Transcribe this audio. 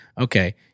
okay